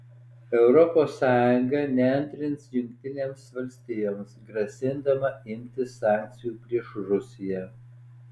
europos sąjunga neantrins jungtinėms valstijoms grasindama imtis sankcijų prieš rusiją